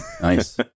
Nice